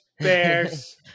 Bears